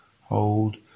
Hold